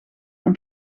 een